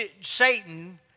Satan